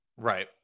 Right